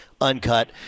uncut